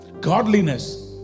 godliness